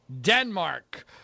Denmark